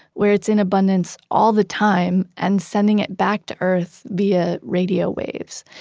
where it's in abundance all the time, and sending it back to earth via radio waves.